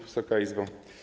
Wysoka Izbo!